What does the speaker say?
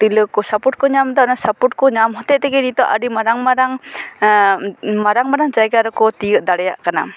ᱛᱤᱨᱞᱟᱹ ᱠᱚ ᱥᱟᱯᱚᱴ ᱠᱚ ᱧᱟᱢ ᱮᱫᱟ ᱚᱱᱟ ᱥᱟᱯᱚᱴ ᱠᱚ ᱧᱟᱢ ᱦᱚᱛᱮᱫ ᱛᱮᱜᱮ ᱱᱚᱛᱚᱜ ᱟᱹᱰᱤ ᱢᱟᱨᱟᱝ ᱢᱟᱨᱟᱝ ᱢᱟᱨᱟᱝ ᱢᱟᱨᱟᱝ ᱡᱟᱭᱜᱟ ᱨᱮᱠᱚ ᱛᱤᱭᱳᱜ ᱫᱟᱲᱮᱭᱟᱜ ᱠᱟᱱᱟ